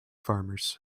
farmers